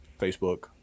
Facebook